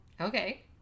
Okay